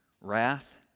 wrath